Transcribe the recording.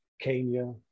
Kenya